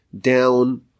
down